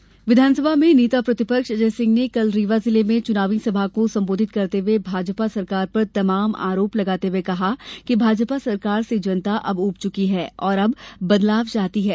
अजय सिंह विघानसभा में नेता प्रतिपक्ष अजय सिंह ने कल रीवा जिले में चुनावी सभा को संबोधित करते हुए भाजपा सरकार पर तमाम आरोप लगाते हुए कहा कि भाजपा सरकार से जनता अब ऊब चुकी है और अब बदलाव चाहती है